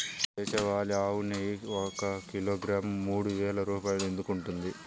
దేశవాళీ ఆవు నెయ్యి ఒక కిలోగ్రాము మూడు వేలు రూపాయలు ఎందుకు ఉంటుంది?